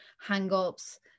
hang-ups